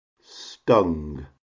Stung